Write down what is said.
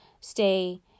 stay